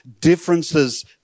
differences